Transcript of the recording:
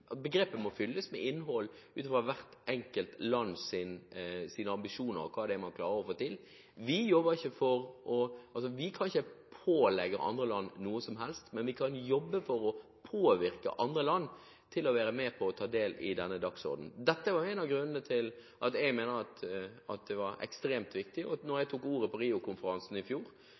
at for oss handler seksuell og reproduktiv helse – og rettigheter – om et helt spenn av rettigheter. Men begrepet må fylles med innhold utfra hvert enkelt lands ambisjoner om hva det er man klarer å få til. Vi kan ikke pålegge andre land noe som helst, men vi kan jobbe for å påvirke andre land til å være med på å ta del i denne dagsordenen. Dette er jo en av grunnene til at jeg mener at det er ekstremt viktig. Da jeg tok ordet på Rio-konferansen i fjor,